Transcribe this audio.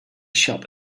shop